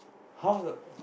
how the